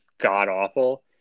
god-awful